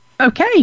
Okay